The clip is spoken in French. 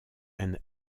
and